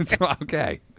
Okay